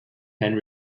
hand